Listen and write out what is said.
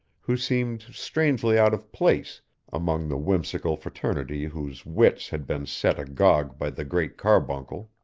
who seemed strangely out of place among the whimsical fraternity whose wits had been set agog by the great carbuncle.